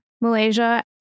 Malaysia